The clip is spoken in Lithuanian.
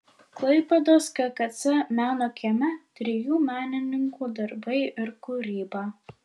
klaipėdos kkc meno kieme trijų menininkų darbai ir kūryba